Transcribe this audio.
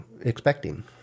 expecting